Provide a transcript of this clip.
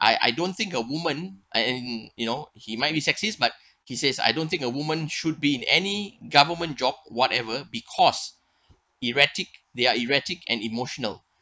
I I don't think a woman I mm you know he might be sexist but he says I don't think a woman should be in any government job whatever because erratic they are erratic and emotional